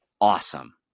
awesome